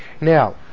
Now